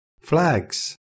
flags